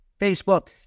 Facebook